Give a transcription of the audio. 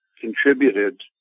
contributed